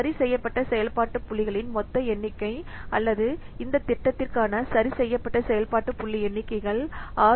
சரிசெய்யப்பட்ட செயல்பாட்டு புள்ளிகளின் மொத்த எண்ணிக்கை அல்லது இந்த திட்டத்திற்கான சரிசெய்யப்பட்ட செயல்பாட்டு புள்ளி எண்ணிக்கைகள் 661